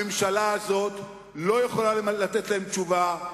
הממשלה הזאת לא יכולה לתת עליהן תשובה.